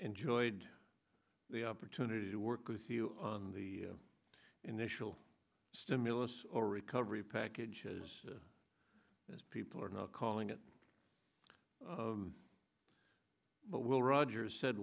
enjoyed the opportunity to work with you on the initial stimulus or recovery package is as people are now calling it what will rogers said